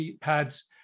pads